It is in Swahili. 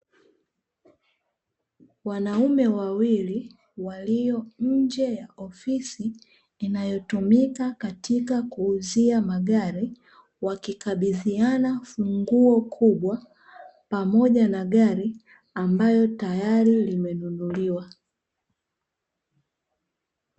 Wanaume wawili walio nje ya ofisi inayotumika katika kuuzia magari, wakikabidhiana funguo kubwa pamoja na gari ambayo tayari limenunuliwa.